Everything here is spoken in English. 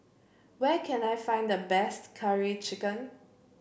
where can I find the best Curry Chicken